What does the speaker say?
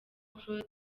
claude